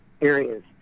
areas